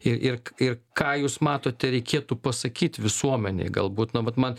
ir ir ir ką jūs matote reikėtų pasakyt visuomenei galbūt na vat man